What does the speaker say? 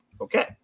Okay